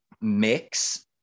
mix